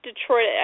Detroit